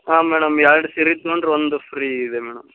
ಹಾಂ ಮೇಡಮ್ ಎರಡು ಸೀರೆ ತೊಗೊಂಡ್ರೆ ಒಂದು ಫ್ರೀ ಇದೆ ಮೇಡಮ್